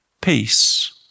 Peace